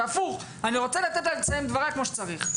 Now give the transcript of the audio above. והפוך אני רוצה לתת לה לסיים את דבריה כמו שצריך.